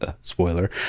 spoiler